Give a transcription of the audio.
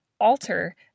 alter